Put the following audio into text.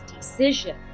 decision